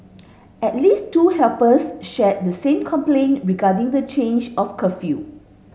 at least two helpers shared the same complaint regarding the change of curfew